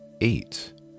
eight